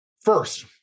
First